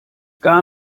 gar